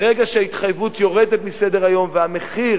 ברגע שההתחייבות יורדת מסדר-היום והמחיר